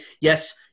Yes